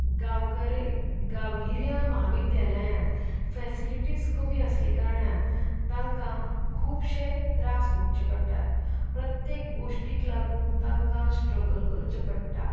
गांवकरे गांवगिऱ्या महाविद्यालयांत फॅसिलिटीज कमी आशिल्ले कारणान तांकां खुबशे त्रास भोगचे पडटात प्रत्येक गोश्टीक लागून तांकां स्ट्रगल करचो पडटा